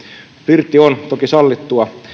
flirtti on toki sallittua